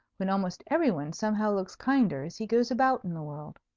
when almost every one somehow looks kinder as he goes about in the world.